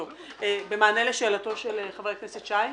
מה המענה לשאלתו של חבר הכנסת שי?